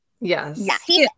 Yes